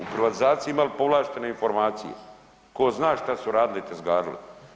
U privatizaciji imali povlaštene informacije tko zna šta su radili i tezgarili.